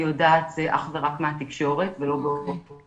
יודעת זה אך ורק מהתקשורת ולא --- טוב.